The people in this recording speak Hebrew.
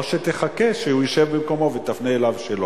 או שתחכה שהוא ישב במקומו ותפנה אליו שאלות.